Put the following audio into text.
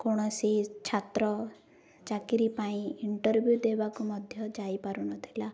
କୌଣସି ଛାତ୍ର ଚାକିରି ପାଇଁ ଇଣ୍ଟରଭ୍ୟୁ ଦେବାକୁ ମଧ୍ୟ ଯାଇପାରୁନଥିଲା